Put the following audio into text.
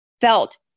felt